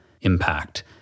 impact